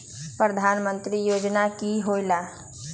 प्रधान मंत्री योजना कि होईला?